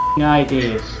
ideas